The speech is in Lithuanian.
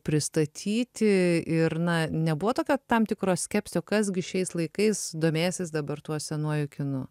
pristatyti ir na nebuvo tokio tam tikro skepsio kas gi šiais laikais domėsis dabar tuo senuoju kinu